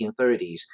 1930s